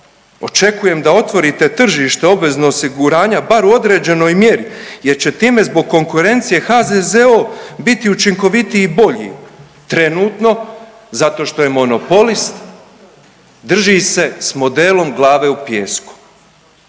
Očekujem da otvorite tržište obveznog osiguranja bar u određenoj mjeri, jer će time zbog konkurencije HZZO biti učinkovitiji i bolji trenutno zato što je monopolist drži se s modelom glave u pijesku.